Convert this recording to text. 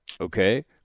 okay